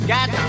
Got